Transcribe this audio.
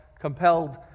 compelled